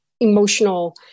emotional